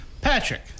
Patrick